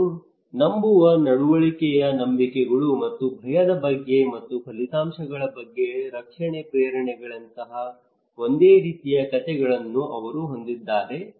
ನಾನು ನಂಬುವ ನಡವಳಿಕೆಯ ನಂಬಿಕೆಗಳು ಮತ್ತು ಭಯದ ಬಗ್ಗೆ ಮತ್ತು ಫಲಿತಾಂಶಗಳ ಬಗ್ಗೆ ರಕ್ಷಣೆ ಪ್ರೇರಣೆಗಳಂತಹ ಒಂದೇ ರೀತಿಯ ಕಥೆಗಳನ್ನು ಅವರು ಹೊಂದಿದ್ದಾರೆ